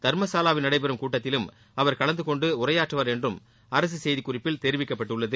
தரம்சாலாவில் நடைபெறும் கூட்டத்திலும் அவர் கலந்து கொண்டு உரையாற்றுவார் என்றும் அரசு செய்திக்குறிப்பில் தெரிவிக்கப்பட்டுள்ளது